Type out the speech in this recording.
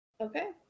okay